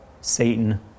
Satan